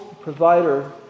provider